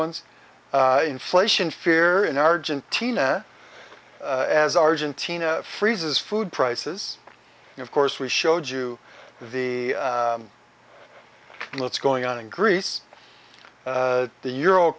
ones inflation fear in argentina as argentina freezes food prices and of course we showed you the that's going on in greece the euro